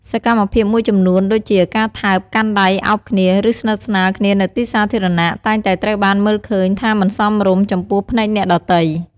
សកម្មភាពមួយចំនួនដូចជា ការថើប កាន់ដៃ អោបគ្នា ឬស្និទ្ធស្នាលគ្នានៅទីសាធារណៈ តែងតែត្រូវបានមើលឃើញថាមិនសមរម្យ ចំពោះភ្នែកអ្នកដទៃ។